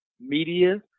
media